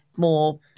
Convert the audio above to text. more